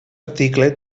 article